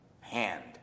hand